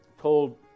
told